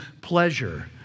pleasure